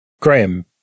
Graham